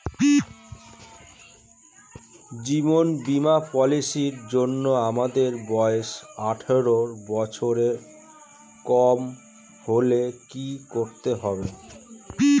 জীবন বীমা পলিসি র জন্যে আমার বয়স আঠারো বছরের কম হলে কি করতে হয়?